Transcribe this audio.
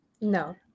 No